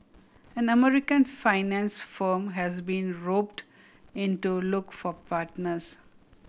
an American finance firm has been roped in to look for partners